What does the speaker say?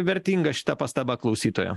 vertinga šita pastaba klausytojo